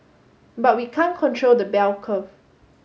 but we can't control the bell curve